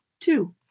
two